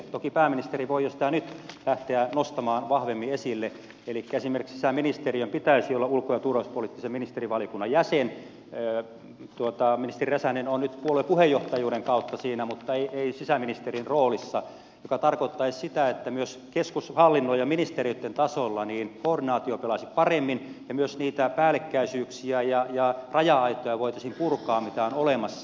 toki pääministeri voi sitä jo nyt lähteä nostamaan vahvemmin esille elikkä esimerkiksi sisäministerin pitäisi olla ulko ja turvallisuuspoliittisen ministerivaliokunnan jäsen ministeri räsänen on nyt puolueen puheenjohtajuuden kautta siinä mutta ei sisäministerin roolissa mikä tarkoittaisi sitä että myös keskushallinnon ja ministeriöitten tasolla koordinaatio pelaisi paremmin ja myös niitä päällekkäisyyksiä ja raja aitoja voitaisiin purkaa mitä on olemassa